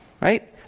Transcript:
Right